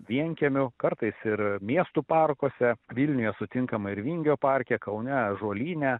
vienkiemių kartais ir miestų parkuose vilniuje sutinkama ir vingio parke kaune ąžuolyne